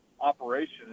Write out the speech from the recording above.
operation